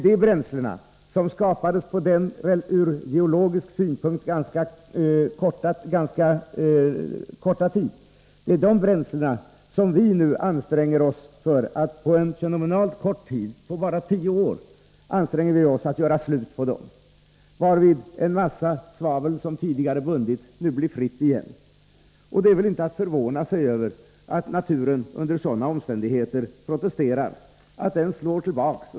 Under denna ur geologisk synpunkt ganska korta tid skapades de bränslen som vi nu på en fenomenalt kort tid, bara tio år, anstränger oss att göra slut på, varvid en mängd svavel som tidigare bundits nu blir fritt igen. Det är inte att förvåna sig över att naturen under sådana omständigheter protesterar, att den slår tillbaka.